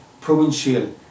provincial